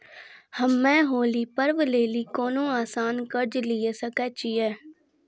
हम्मय होली पर्व लेली कोनो आसान कर्ज लिये सकय छियै?